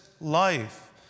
life